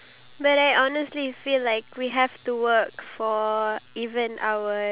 yeah man living our lives after a time when